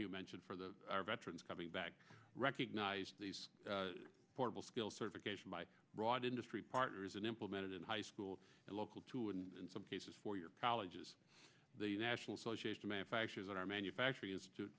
donohue mentioned for the veterans coming back recognize these portable skills certification by broad industry partners and implemented in high school and local two and in some cases four year colleges the national association of manufacturers that are manufacturing